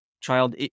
child